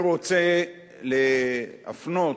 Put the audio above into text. אני רוצה למחות